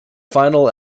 final